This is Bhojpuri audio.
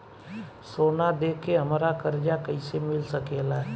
सोना दे के हमरा कर्जा कईसे मिल सकेला?